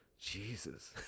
Jesus